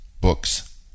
books